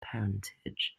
parentage